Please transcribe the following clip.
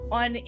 on